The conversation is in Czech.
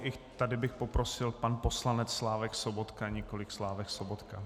I tady bych poprosil pan poslanec Slávek Sobotka, nikoliv Slávek Sobotka .